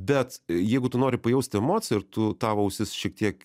bet jeigu tu nori pajausti emociją ir tu tavo ausis šiek tiek